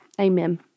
amen